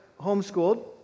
homeschooled